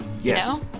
Yes